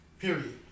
Period